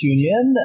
Union